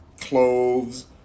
cloves